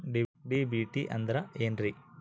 DBT ಅಂದ್ರ ಏನ್ರಿ?